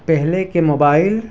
پہلے کے موبائل